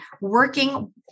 working